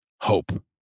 hope